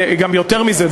גם יותר מזה,